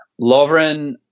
Lovren